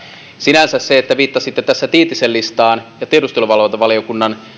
sinänsä se kun viittasitte tässä tiitisen listaan ja tiedusteluvalvontavaliokunnan